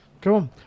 Cool